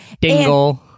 Dingle